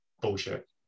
bullshit